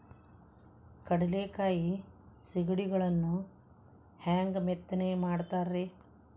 ಕಡಲೆಕಾಯಿ ಸಿಗಡಿಗಳನ್ನು ಹ್ಯಾಂಗ ಮೆತ್ತನೆ ಮಾಡ್ತಾರ ರೇ?